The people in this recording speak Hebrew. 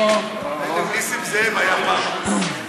חבר הכנסת נסים זאב היה פעם אחרון.